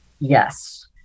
Yes